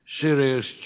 serious